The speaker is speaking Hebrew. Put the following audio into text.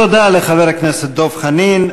תודה לחבר הכנסת דב חנין.